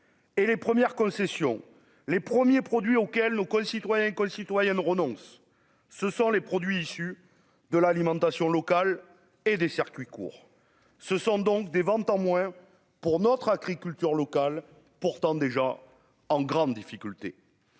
et les premières concessions les premiers produits auxquels nos concitoyens école citoyenne renonce, ce sont les produits issus de l'alimentation locale et des circuits courts, ce sont donc des ventes en moins pour notre agriculture locale pourtant déjà en grande difficulté,